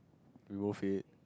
remove it